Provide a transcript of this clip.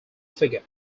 figure